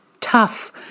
tough